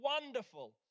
wonderful